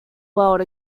world